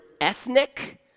ethnic